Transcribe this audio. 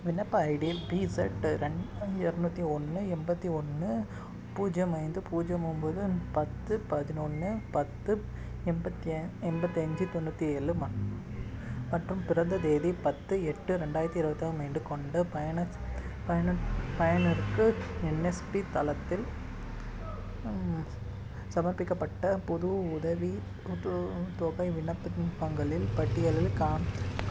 விண்ணப்ப ID B Z ரெண்டு எரநூத்தி ஒன்று எண்பத்தி ஒன்று பூஜ்ஜியம் ஐந்து பூஜ்ஜியம் ஒம்போது பத்து பதினொன்று பத்து எம்பத்தியைந்து எண்பத்தஞ்சி தொண்ணூற்றி ஏழு மற்றும் பிறந்த தேதி பத்து எட்டு ரெண்டாயிரத்தி இருபத்தி ஒன்று கொண்ட பயனர் பயனர் பயனருக்கு என்எஸ்பி தளத்தில் சமர்ப்பிக்கப்பட்ட புது உதவி புது தொகை விண்ணப்பங்களில் பட்டியலில்